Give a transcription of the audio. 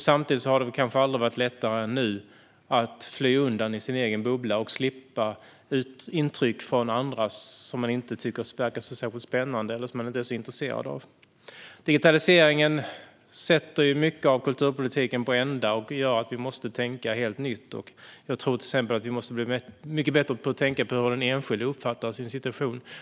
Samtidigt har det kanske aldrig varit lättare än nu att fly in i sin egen bubbla och slippa intryck från andra, som man inte tycker verkar särskilt spännande eller inte är så intresserad av. Digitaliseringen ställer mycket av kulturpolitiken på ända och gör att vi måste tänka helt nytt. Jag tror till exempel att vi måste bli bättre på att tänka på hur den enskilde uppfattar sin situation.